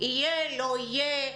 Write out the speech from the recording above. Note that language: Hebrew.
יהיה לא יהיה.